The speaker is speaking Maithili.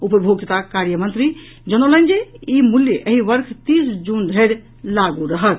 उपभोक्ता कार्य मंत्री जनौलनि जे ई मूल्य एहि वर्ष तीस जून धरि लागू रहत